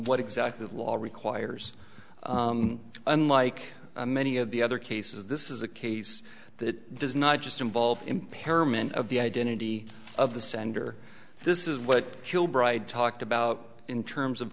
what exactly the law requires unlike many of the other cases this is a case that does not just involve impairment of the identity of the sender this is what kilbride talked about in terms of